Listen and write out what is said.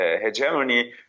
hegemony